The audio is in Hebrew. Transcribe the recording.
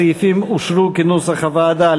הסעיפים אושרו כנוסח הוועדה.